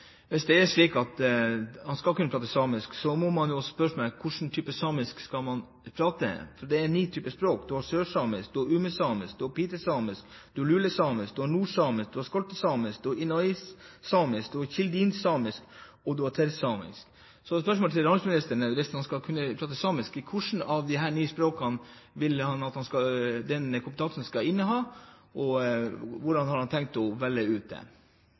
Hvis det er slik at en må kunne snakke samisk, må en spørre seg om hvilken type samisk, for det er ni typer: Det er sørsamisk, umesamisk, pitesamisk, lulesamisk, nordsamisk, skoltesamisk, enaresamisk, kildinsamisk og tersamisk. Så spørsmålet til landbruks- og matministeren er: Hvis en må kunne snakke samisk, hvilket av disse ni språkene vil han at søkeren skal ha kompetanse i, og hvordan har han tenkt å velge det ut? Jeg skal prøve å utdype det